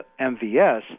MVS